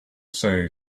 say